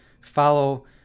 follow